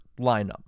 lineup